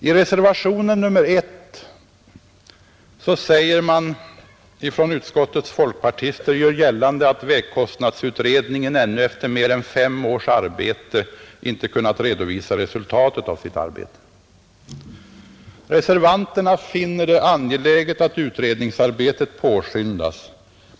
I reservationen 1 gör utskottets folkpartister gällande att vägkostnadsutredningen ännu efter mer än fem års arbete inte kunnat redovisa resultatet av sitt arbete; reservanterna finner det angeläget att utredningsarbetet påskyndas.